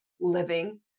living